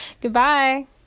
Goodbye